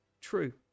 true